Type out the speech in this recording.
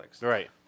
Right